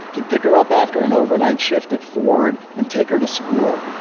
he'd pick her up after an overnight shift at ford and take her to school.